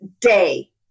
day